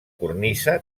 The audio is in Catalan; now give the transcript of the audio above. cornisa